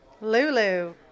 Lulu